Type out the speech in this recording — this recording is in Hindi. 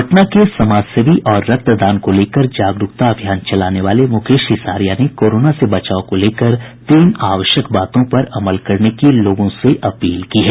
पटना के समाज सेवी और रक्त दान को लेकर जागरूकता अभियान चलाने वाले मुकेश हिसारिया ने कोरोना से बचाव को लेकर तीन आवश्यक बातों पर अमल करने की लोगों से अपील की है